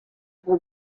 able